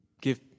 give